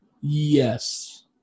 Yes